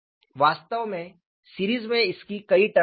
वास्तव में सीरीज में इसकी कई टर्म्स थीं